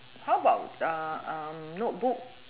how about uh notebook